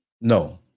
No